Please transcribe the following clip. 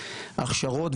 הכשרות,